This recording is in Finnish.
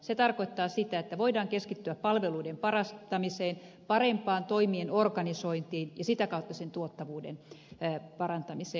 se tarkoittaa sitä että voidaan keskittyä palveluiden parantamiseen parempaan toimien organisointiin ja sitä kautta tuottavuuden parantamiseen